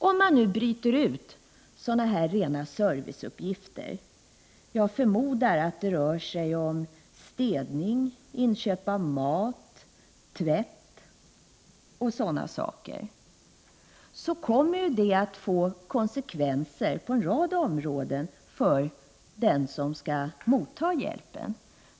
Om man nu bryter ut sådana här rena serviceuppgifter — jag förmodar att det rör sig om städning, inköp av mat, tvätt och sådana saker — kommer det att få konsekvenser på en rad områden för den som skall motta hjälpen.